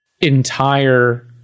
entire